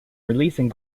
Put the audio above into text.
releasing